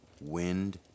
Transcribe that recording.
wind